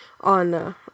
on